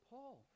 Paul